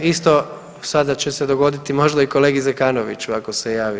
Isto sada će se dogoditi možda i kolegi Zekanoviću ako se javi.